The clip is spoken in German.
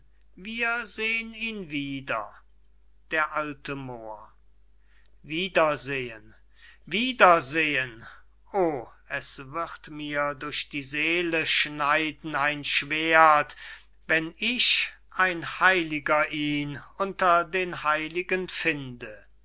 wir seh'n ihn wieder d a moor wiedersehen wiedersehen oh es wird mir durch die seele schneiden ein schwerdt wenn ich ein heiliger ihn unter den heiligen finde